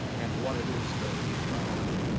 and what it is that we value.